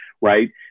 right